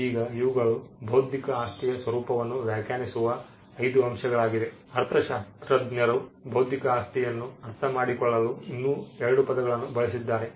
ಈಗ ಇವುಗಳು ಬೌದ್ಧಿಕ ಆಸ್ತಿಯ ಸ್ವರೂಪವನ್ನು ವ್ಯಾಖ್ಯಾನಿಸುವ 5 ಅಂಶಗಳಾಗಿವೆ ಅರ್ಥಶಾಸ್ತ್ರಜ್ಞರು ಬೌದ್ಧಿಕ ಆಸ್ತಿಯನ್ನು ಅರ್ಥಮಾಡಿಕೊಳ್ಳಲು ಇನ್ನೂ 2 ಪದಗಳನ್ನು ಬಳಸಿದ್ದಾರೆ